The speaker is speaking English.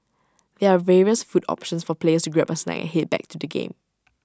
there are various food options for players grab A snack and Head back to the game